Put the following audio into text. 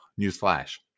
Newsflash